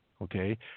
Okay